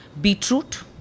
beetroot